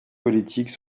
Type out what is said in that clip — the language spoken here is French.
politique